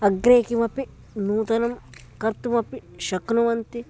अग्रे किमपि नूतनं कर्तुम् अपि शक्नुवन्ति